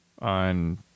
on